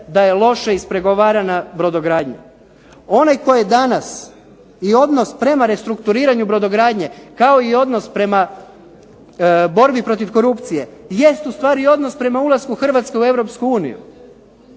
da je loše ispregovarana brodogradnja? Onaj tko je danas i odnos prema restrukturiranju brodogradnje, kao i odnos prema borbi protiv korupcije, jest ustvari odnos prema ulasku Hrvatske u